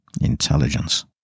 intelligence